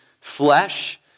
flesh